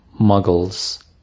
muggles